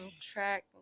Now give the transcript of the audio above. track